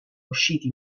usciti